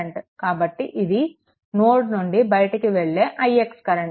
కాబట్టి ఇది నోడ్ నుండి బయటికి వెళ్ళే ix కరెంట్